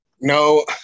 No